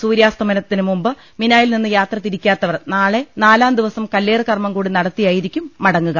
സൂര്യാസ്തമനത്തിനു മുമ്പ് മിനായിൽ നിന്ന് യാത്ര തിരിക്കാത്തവർ നാളെ നാലാം ദിവസം കല്ലേറുകർമ്മം കൂടി നടത്തിയായിരിക്കും മട ങ്ങുക